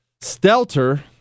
Stelter